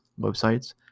websites